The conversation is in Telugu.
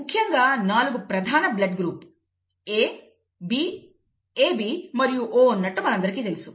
ముఖ్యంగా నాలుగు ప్రధాన blood group A B AB మరియు O ఉన్నట్టు మనందరికీ తెలుసు